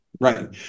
Right